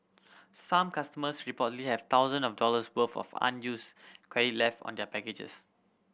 some customers reportedly have thousand of dollars worth of unused credit left on their packages